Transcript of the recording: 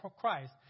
Christ